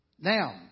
Now